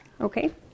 Okay